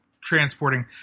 transporting